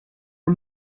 are